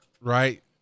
right